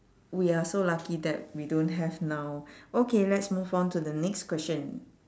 we are so lucky that we don't have now okay let's move on to the next question